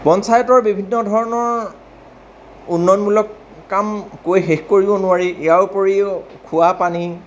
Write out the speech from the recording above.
পঞ্চায়তৰ বিভিন্ন ধৰণৰ উন্নয়নমূলক কাম কৈ শেষ কৰিব নোৱাৰি ইয়াৰ উপৰিও খোৱা পানী